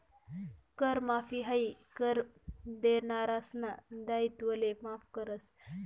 कर माफी हायी कर देनारासना दायित्वले माफ करस